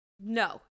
No